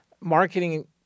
marketing